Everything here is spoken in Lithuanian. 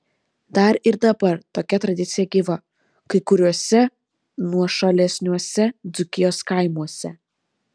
dar ir dabar tokia tradicija gyva kai kuriuose nuošalesniuose dzūkijos kaimuose